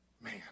man